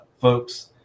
folks